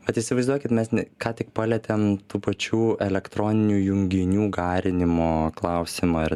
vat įsivaizduokit mes ne ką tik palietėm tų pačių elektroninių junginių garinimo klausimą ar